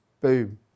boom